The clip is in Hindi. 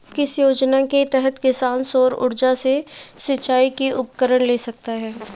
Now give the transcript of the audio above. किस योजना के तहत किसान सौर ऊर्जा से सिंचाई के उपकरण ले सकता है?